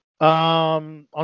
On